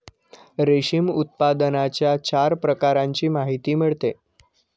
रेशीम उत्पादनाच्या चार प्रकारांची माहिती मिळते